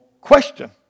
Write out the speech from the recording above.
question